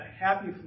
happy